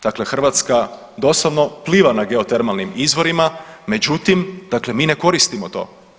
Dakle, Hrvatska doslovno pliva na geotermalnim izvorima, međutim mi ne koristimo to.